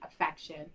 affection